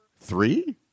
three